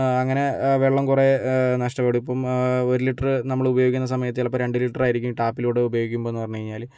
അങ്ങനെ വെള്ളം കുറെ നഷ്ടപ്പെടും ഇപ്പം ഒര് ലിറ്ററ് നമ്മളുപയോഗിക്കുന്ന സമയത്ത് ചിലപ്പം രണ്ട് ലിറ്ററായിരിക്കും ടാപ്പിലൂടെ ഉപയോഗിക്കുമ്പോന്ന് പറഞ്ഞു കഴിഞ്ഞാല്